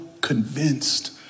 convinced